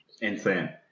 insane